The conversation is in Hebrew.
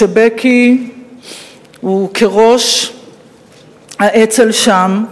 כשבקי הוא ראש האצ"ל שם.